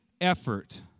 effort